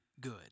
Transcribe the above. good